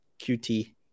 QT